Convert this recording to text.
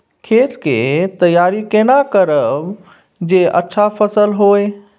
खेत के तैयारी केना करब जे अच्छा फसल होय?